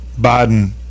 Biden